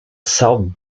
south